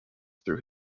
through